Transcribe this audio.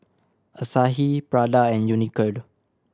Asahi Prada and Unicurd